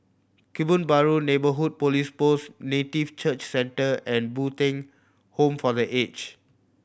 Kebun Baru Neighbourhood Police Post Native Church Centre and Bo Tien Home for The Aged